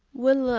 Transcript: well